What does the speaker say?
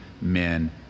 men